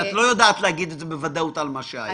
את לא יודעת להגיד את זה בוודאות על מה שהיה.